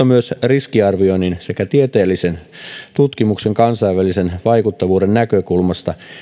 myös riskiarvioinnin sekä tieteellisen tutkimuksen kansainvälisen vaikuttavuuden näkökulmasta